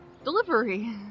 Delivery